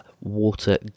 water